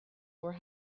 were